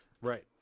Right